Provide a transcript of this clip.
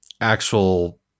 actual